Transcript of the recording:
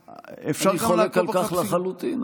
ואפשר --- אני חולק על כך לחלוטין.